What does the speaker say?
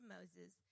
Moses